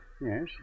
Yes